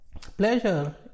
pleasure